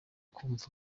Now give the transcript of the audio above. kumva